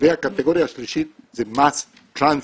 הקטגוריה השלישית זה mass transit.